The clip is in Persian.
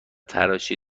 تراشی